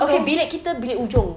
okay bilik kita bilik hujung